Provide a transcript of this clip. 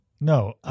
No